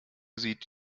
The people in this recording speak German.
sieht